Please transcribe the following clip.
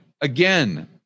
again